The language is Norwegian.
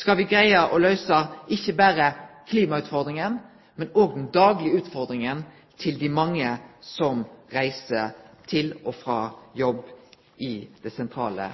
skal me greie å løyse ikkje berre klimautfordringa, men òg den daglege utfordringa til dei mange som reiser til og frå jobb i det sentrale